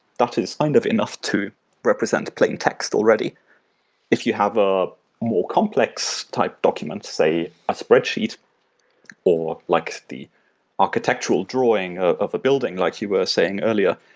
that is kind of enough to represent plain text already if you have a more complex type document, say a spreadsheet or like the architectural drawing of a building like you were saying earlier,